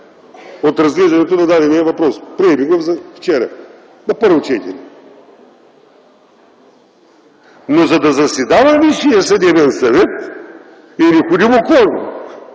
от разглеждането на дадения въпрос. Приехме го вчера на първо четене. Но, за да заседава Висшият съдебен съвет е необходим кворум,